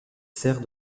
sert